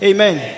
Amen